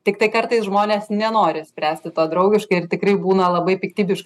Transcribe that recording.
tiktai kartais žmonės nenori spręsti to draugiškai ir tikrai būna labai piktybiškai